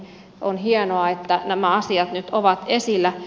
on hienoa että nämä asiat nyt ovat esillä